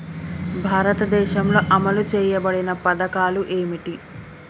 భారతదేశంలో అమలు చేయబడిన పథకాలు ఏమిటి?